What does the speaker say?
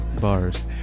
Bars